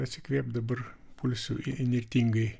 atsikvėpt dabar pulsiu įnirtingai